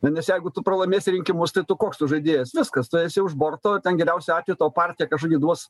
nes jeigu tu pralaimėsi rinkimus tai tu koks tu žaidėjas viskas tu esi už borto ten geriausiu atveju tau partija kažkokį duos